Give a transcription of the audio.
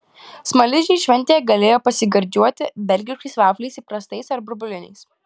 smaližiai šventėje galėjo pasigardžiuoti belgiškais vafliais įprastais ar burbuliniais